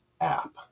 app